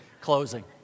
closing